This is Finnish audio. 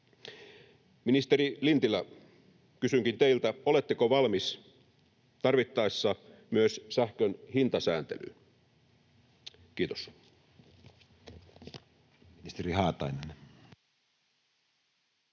Ministeri Lintilä, kysynkin teiltä: oletteko valmis tarvittaessa myös sähkön hintasääntelyyn? — Kiitos.